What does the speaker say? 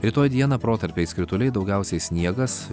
rytoj dieną protarpiais krituliai daugiausiai sniegas